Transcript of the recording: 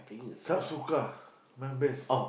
Sabsuka my best